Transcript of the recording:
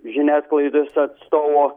žiniasklaidos atstovo